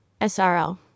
SRL